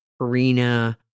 Arena